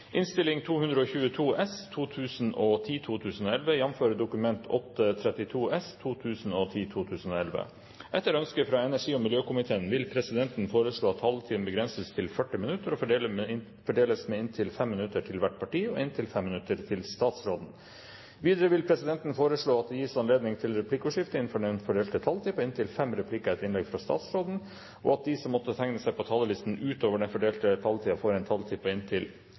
innstilling. Flere har ikke bedt om ordet til sak nr. 4. Etter ønske fra energi- og miljøkomiteen vil presidenten foreslå at taletiden begrenses til 40 minutter og fordeles med inntil 5 minutter til hvert parti og inntil 5 minutter til statsråden. Videre vil presidenten foreslå at det gis anledning til replikkordskifte på inntil fem replikker med svar etter innlegget fra statsråden innenfor den fordelte taletiden. Videre blir det foreslått at de som måtte tegne seg på talerlisten utover den fordelte taletid, får en taletid på inntil